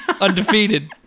undefeated